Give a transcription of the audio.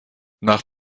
nach